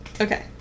Okay